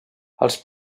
els